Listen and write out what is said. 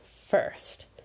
first